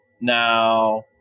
Now